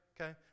okay